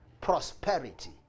Prosperity